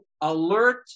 alert